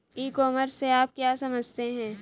ई commerce से आप क्या समझते हैं?